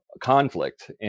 conflict